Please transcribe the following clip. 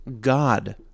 God